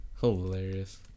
Hilarious